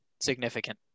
significant